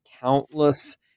countless